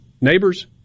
Neighbors